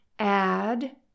Add